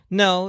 no